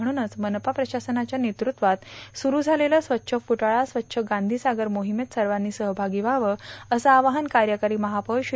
म्हणूनच मनपा प्रशासनाच्या नेतृत्वात सुरू झालेलं स्वच्छ फूटाळा स्वच्छ गांधीसागर मोहिमेत सर्वांनी सहभागी व्हावं असं आवाहन कार्यकारी महापौर श्री